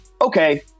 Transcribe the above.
okay